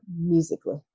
musically